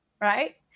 right